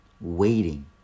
waiting